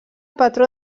patró